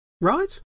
Right